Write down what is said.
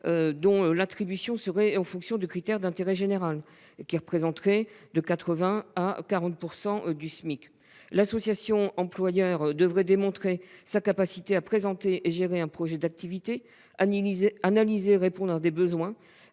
dont l'attribution serait fonction de critères d'intérêt général et qui représenterait de 40 % à 80 % du SMIC. L'association employeur devrait démontrer sa capacité à présenter et à gérer un projet d'activité, à analyser et à répondre à des besoins